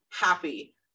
happy